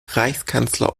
reichskanzler